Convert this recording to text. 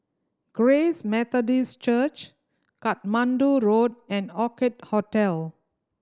Grace Methodist Church Katmandu Road and Orchid Hotel